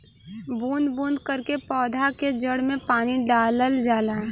बूंद बूंद करके पौधा के जड़ में पानी डालल जाला